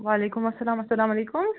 وعلیکُم اَسَلام اَسَلام علیکُم